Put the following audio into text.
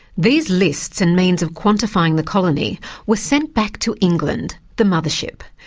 these lists and means of quantifying the colony were sent back to england, the mothership,